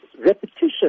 repetition